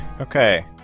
Okay